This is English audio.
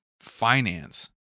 finance